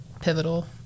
pivotal